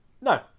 No